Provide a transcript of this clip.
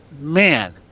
man